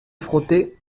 frotter